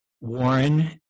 Warren